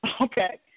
okay